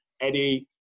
Eddie